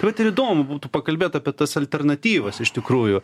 tai vat ir įdomu būtų pakalbėt apie tas alternatyvas iš tikrųjų